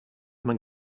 man